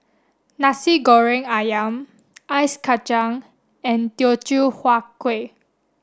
Nasi Goreng Ayam Ice Kacang and Teochew Huat Kuih